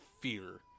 fear